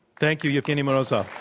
thank you you evgeny morozov.